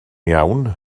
iawn